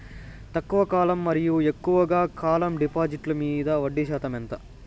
తక్కువ కాలం మరియు ఎక్కువగా కాలం డిపాజిట్లు మీద వడ్డీ శాతం ఎంత?